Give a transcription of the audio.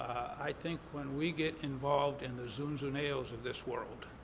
i think when we get involved in the zunzuneos of this world,